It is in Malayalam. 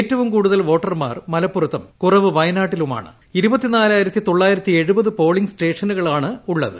ഏറ്റവും കൂടുതൽ വോട്ടർമാർ മലപ്പുറത്തും കുറവ് വയനാട്ടിലുമാണ്ട് സ്റ്റേഷനുകളാണുള്ളത്